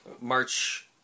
march